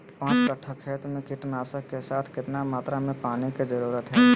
पांच कट्ठा खेत में कीटनाशक के साथ कितना मात्रा में पानी के जरूरत है?